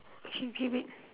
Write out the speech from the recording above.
okay okay wait